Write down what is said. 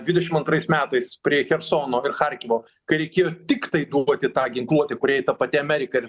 dvidešim antrais metais prie chersono ir charkivo kai reikėjo tiktai duoti tą ginkluotę kuriai ta pati amerika ir